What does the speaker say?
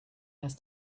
has